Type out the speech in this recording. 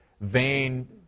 vain